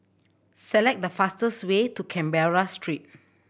select the fastest way to Canberra Street